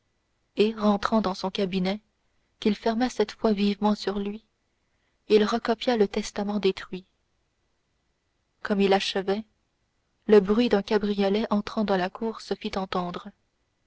et rentrant dans son cabinet qu'il ferma cette fois vivement sur lui il recopia le testament détruit comme il achevait le bruit d'un cabriolet entrant dans la cour se fit entendre